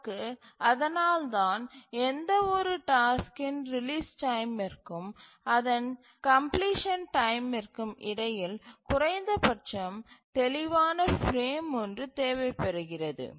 நமக்கு அதனால்தான் எந்த ஒரு டாஸ்க்கின் ரிலீஸ் டைமிற்கும் அதன் கம்ப்லிசன் டைமிற்கும் இடையில் குறைந்தபட்சம் தெளிவான பிரேம் ஒன்று தேவைப்படுகிறது